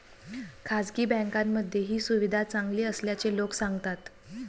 खासगी बँकांमध्ये ही सुविधा चांगली असल्याचे लोक सांगतात